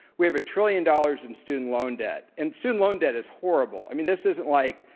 we have a trillion dollars in student loan debt. and student loan debt is horrible. i mean, this isn't like,